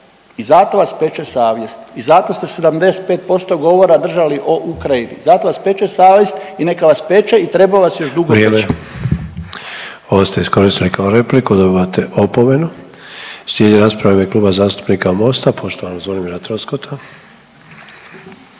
i zato vas peče savjest i zato ste 75% govora držali o Ukrajini, zato vas peče savjest i neka vas peče i treba vas još dugo peči. **Sanader, Ante (HDZ)** Vrijeme. Ovo ste iskoristili kao repliku, dobivate opomenu. Slijedi rasprava u ime Kluba zastupnika Mosta, poštovanog Zvonimira Troskota.